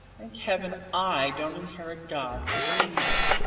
thank heaven i don't inherit god from anybody!